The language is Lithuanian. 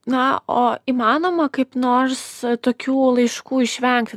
na o įmanoma kaip nors tokių laiškų išvenk